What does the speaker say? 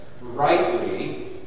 rightly